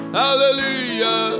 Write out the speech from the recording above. Hallelujah